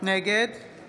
נגד